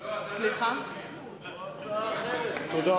התקנון הם לא יכולים להציע להעביר למליאה.